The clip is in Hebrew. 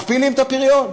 מכפילים את הפריון.